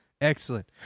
excellent